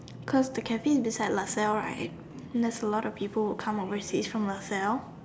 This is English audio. cause the Cafe is beside Lasalle right and there's a lot of people who come overseas from Lasalle